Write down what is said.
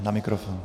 Na mikrofon.